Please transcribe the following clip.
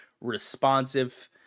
responsive